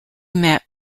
met